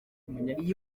iyi